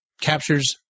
captures